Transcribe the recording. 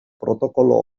protokolo